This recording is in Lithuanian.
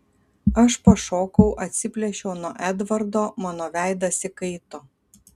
aš pašokau atsiplėšiau nuo edvardo mano veidas įkaito